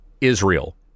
Israel